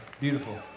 beautiful